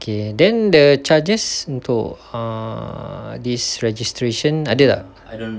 okay and then the charges untuk err this registration ada tak